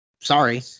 Sorry